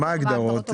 מה ההגדרות?